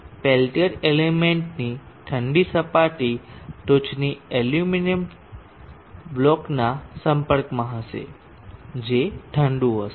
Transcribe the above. Peltier એલિમેન્ટની ઠંડી સપાટી ટોચની એલ્યુમિનિયમ બ્લોકના સંપર્કમાં હશે જે ઠંડુ થશે